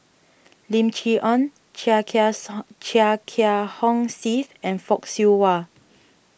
Lim Chee Onn Chia Kiah song Chia Kiah Hong Steve and Fock Siew Wah